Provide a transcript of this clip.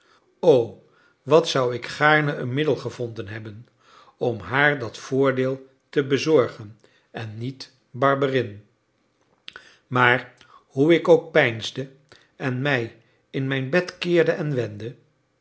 o wat zou ik gaarne een middel gevonden hebben om haar dat voordeel te bezorgen en niet barberin maar hoe ik ook peinsde en mij in mijn bed keerde en wendde